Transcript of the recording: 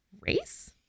race